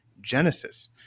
genesis